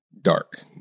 dark